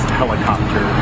helicopter